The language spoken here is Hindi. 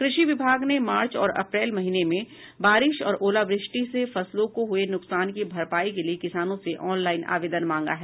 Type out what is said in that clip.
कृषि विभाग ने मार्च और अप्रैल महीने में बारिश और ओलावृष्टि से फसलों को हुए नुकसान की भरपाई के लिए किसानों से ऑनलाईन आवेदन मांगा है